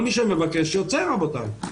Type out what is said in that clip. כל מי שמבקש יוצא, רבותיי.